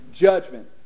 judgment